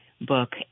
book